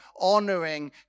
honoring